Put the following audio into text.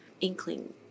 inkling